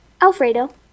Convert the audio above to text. Alfredo